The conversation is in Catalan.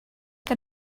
que